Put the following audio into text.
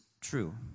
true